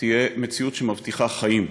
תהיה מציאות שמבטיחה חיים.